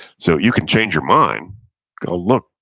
so you can change your mind look,